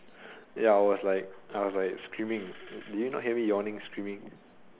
ya I was like I was like screaming did you not hear me yawning screaming